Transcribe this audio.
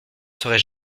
seraient